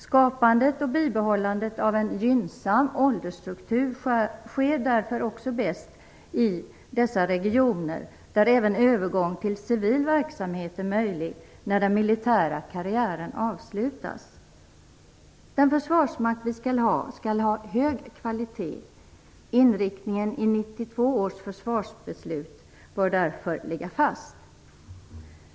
Skapandet och bibehållandet av en gynnsam åldersstruktur sker därför också bäst i dessa regioner där även övergång till civil verksamhet är möjlig när den militära karriären avslutas. Den försvarsmakt vi bestämmer oss för skall ha hög kvalitet. Inriktningen i 1992 års försvarsbeslut bör därför ligga fast.